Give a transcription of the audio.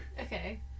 Okay